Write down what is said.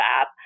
app